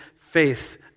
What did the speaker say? Faith